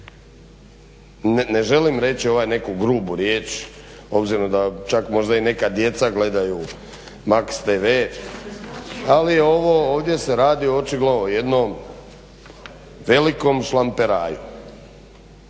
ne želim reći ovaj neku grubu riječ obzirom da čak možda i neka djeca gledaju max tv ali je ovo ovdje se radi očigledno o jednom velikom šlamperaju.